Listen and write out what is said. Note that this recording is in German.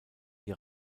die